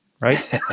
right